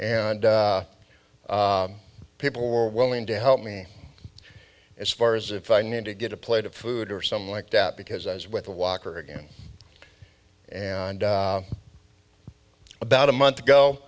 and people were willing to help me as far as if i needed to get a plate of food or something like that because as with a walker again and about a month ago